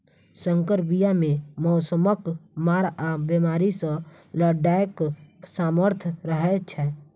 सँकर बीया मे मौसमक मार आ बेमारी सँ लड़ैक सामर्थ रहै छै